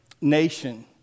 nation